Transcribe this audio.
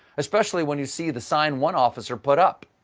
especially when you see the sign one officer put up.